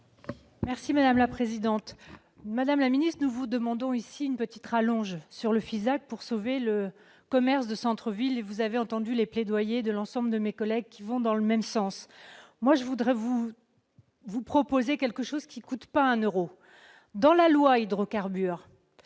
Merci madame la présidente, madame la ministre, de vous demandons ici une petite rallonge sur le Fisac pour sauver le commerce de centre ville et vous avez entendu les plaidoyers de l'ensemble de mes collègues qui vont dans le même sens, moi, je voudrais vous. Vous proposez quelque chose qui coûte pas un Euro dans la loi hydrocarbure